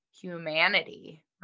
humanity